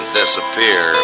disappear